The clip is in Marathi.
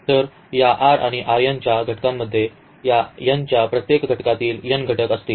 तर या R आणि R n च्या घटकांमध्ये या n च्या प्रत्येक घटकातील n घटक असतील